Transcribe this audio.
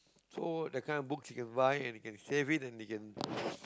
so the kind of books he can buy and can save it and he can